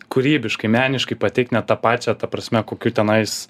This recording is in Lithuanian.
kūrybiškai meniškai pateikt net tą pačią ta prasme kokių tenais